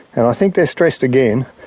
and i think they are stressed again.